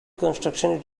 constructions